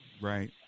right